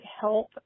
help